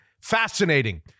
Fascinating